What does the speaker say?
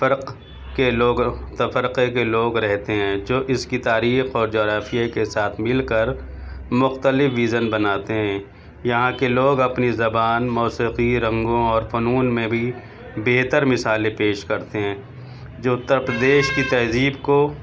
فرق کے لوگ تفرقے کے لوگ رہتے ہیں جو اس کی تاریخ اور جغرافیہ کے ساتھ مل کر مختلف ویزن بناتے ہیں یہاں کے لوگ اپنی زبان موسیقی رنگوں اور فنون میں بھی بہتر مثالیں پیش کرتے ہیں جو اتر پردیش کی تہذیب کو